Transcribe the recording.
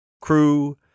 crew